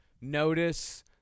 notice